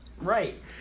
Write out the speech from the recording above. Right